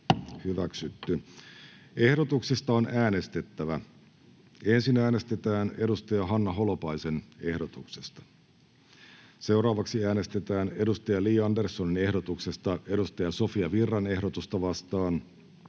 Content: Ehdotuksista on äänestettävä. Ensin äänestetään Hanna Holopaisen ehdotuksesta. Seuraavaksi äänestetään Li Anderssonin ehdotuksesta Sofia Virran ehdotusta vastaan,